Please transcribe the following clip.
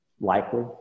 likely